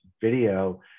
video